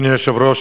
אדוני היושב-ראש,